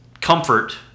Comfort